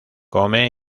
come